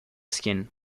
skin